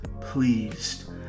pleased